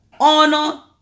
honor